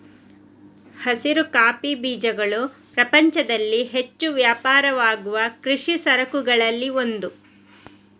ಹಸಿರು ಕಾಫಿ ಬೀಜಗಳು ಪ್ರಪಂಚದಲ್ಲಿ ಹೆಚ್ಚು ವ್ಯಾಪಾರವಾಗುವ ಕೃಷಿ ಸರಕುಗಳಲ್ಲಿ ಒಂದು